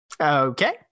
okay